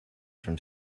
from